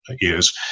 Years